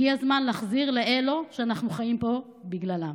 הגיע הזמן להחזיר לאלה שאנחנו חיים פה בגללם.